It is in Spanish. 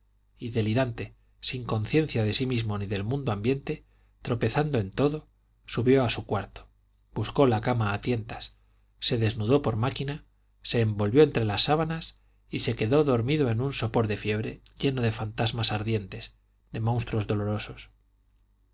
y delirante sin conciencia de sí mismo ni del mundo ambiente tropezando en todo subió a su cuarto buscó la cama a tientas se desnudó por máquina se envolvió entre las sábanas y se quedó dormido en un sopor de fiebre lleno de fantasmas ardientes de monstruos dolorosos